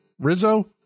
Rizzo